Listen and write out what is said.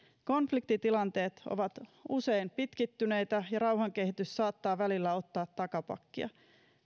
konfliktitilanteet ovat usein pitkittyneitä ja rauhankehitys saattaa välillä ottaa takapakkia